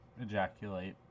ejaculate